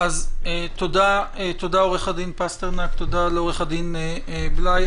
תודה, עו"ד פסטרנק, תודה, עו"ד בליי.